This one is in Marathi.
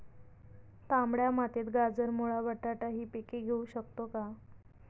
तांबड्या मातीत गाजर, मुळा, बटाटा हि पिके घेऊ शकतो का?